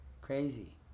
crazy